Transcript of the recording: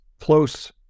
close